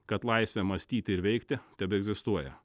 kad laisvė mąstyti ir veikti tebeegzistuoja